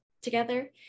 together